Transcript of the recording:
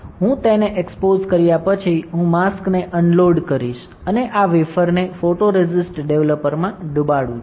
હું તેને એક્સપોઝ કર્યા પછી હું માસ્કને અનલોડ કરીશ અને આ વેફરને ફોટોરેસિસ્ટ ડેવલપરમાં ડુબાવુ છું